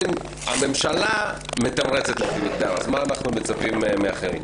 אם הממשלה מתמרצת לפי מגדר אז מה אנחנו מצפים מאחרים?